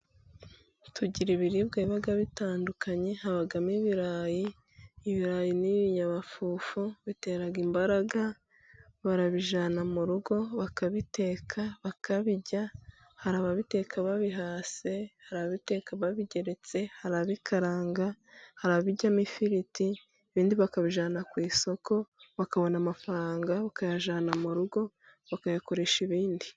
Tugira ibiribwa biba bitandukanye， habamo ibirayi， ibirayi ni ibinyamafufu bitera imbaraga， barabijyana mu rugo bakabiteka， bakabirya， hari ababiteka babihase， hari ababiteka babigeretse， hari ababikaranga， hari ababiryamo ifiriti，ibindi bakabijyana ku isoko， bakabona amafaranga， bakayajyana mu rugo， bakayakoresha ibindi.